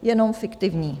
Jenom fiktivní.